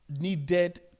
needed